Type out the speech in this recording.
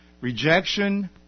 Rejection